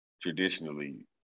traditionally